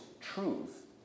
truth